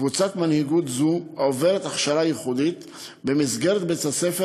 קבוצת מנהיגות זאת עוברת הכשרה ייחודית במסגרת בית-הספר,